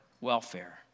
welfare